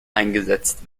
eingesetzt